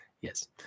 Yes